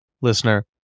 listener